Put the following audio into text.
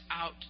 out